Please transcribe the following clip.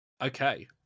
Okay